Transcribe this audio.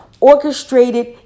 orchestrated